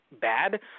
bad